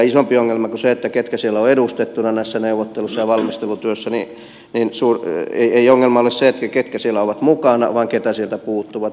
isompi ongelma kuin se ketkä ovat edustettuina näissä neuvotteluissa ja valmistelutyössä ei ongelma ole se ketkä siellä ovat mukana on se ketkä sieltä puuttuvat